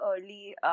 early